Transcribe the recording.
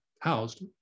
housed